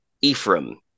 Ephraim